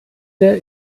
der